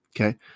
okay